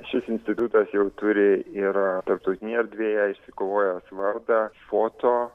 šis institutas jau turi ir tarptautinėje erdvėje išsikovojęs vardą foto